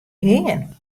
gean